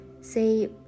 say